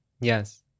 Yes